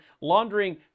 laundering